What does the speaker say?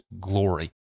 glory